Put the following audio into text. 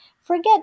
forget